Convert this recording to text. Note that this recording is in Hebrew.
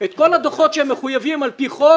את כל הדוחות שהם מחויבים על פי חוק